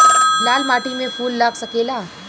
लाल माटी में फूल लाग सकेला?